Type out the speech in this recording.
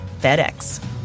FedEx